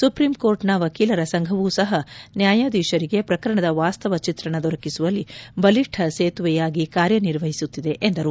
ಸುಪ್ರೀಂಕೋರ್ಟ್ನ ವಕೀಲರ ಸಂಘವೂ ಸಹ ನ್ಹಾಯಾಧೀಶರಿಗೆ ಪ್ರಕರಣದ ವಾಸ್ತವ ಚಿತ್ರಣ ದೊರಕಿಸುವಲ್ಲಿ ಬಲಿಷ್ಟ ಸೇತುವೆಯಾಗಿ ಕಾರ್ಯನಿರ್ವಹಿಸುತ್ತಿದೆ ಎಂದರು